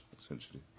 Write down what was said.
essentially